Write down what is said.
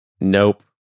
Nope